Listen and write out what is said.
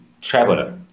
traveler